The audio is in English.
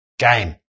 game